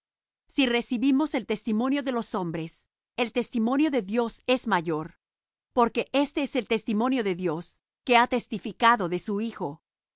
si recibimos el testimonio de los hombres el testimonio de dios es mayor porque éste es el testimonio de dios que ha testificado de su hijo